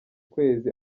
kwezi